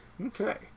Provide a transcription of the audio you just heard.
Okay